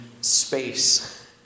space